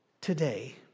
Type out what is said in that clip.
Today